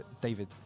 David